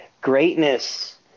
greatness